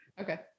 Okay